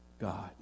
God